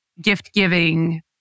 gift-giving